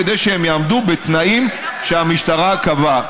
כדי שהם יעמדו בתנאים שהמשטרה קבעה.